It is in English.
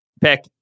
pick